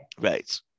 Right